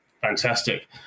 Fantastic